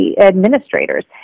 administrators